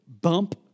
bump